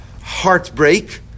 heartbreak